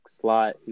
slot